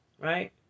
right